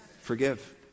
Forgive